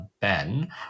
Ben